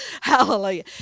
Hallelujah